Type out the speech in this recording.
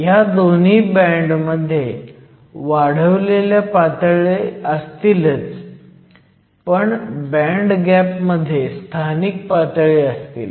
ह्या दोन्ही बँड मध्ये वाढवलेल्या पातळी असतीलच पण बँड गॅप मध्ये स्थानिक पातळी असतील